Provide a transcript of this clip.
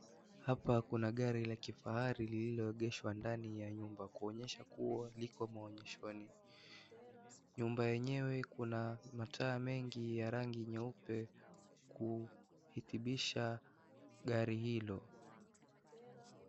Hapa kuna gari la kifahari lililoegeshwa ndani ya nyumba kuonyesha kuwa liko maoneshoni, nyumba yenyewe kuna mataa mengi ya rangi nyeupe kuhitibisha gari hilo.